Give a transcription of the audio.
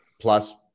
plus